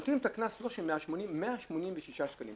נותנים את הקנס 186 שקלים.